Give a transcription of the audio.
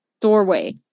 doorway